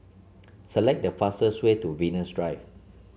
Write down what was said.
select the fastest way to Venus Drive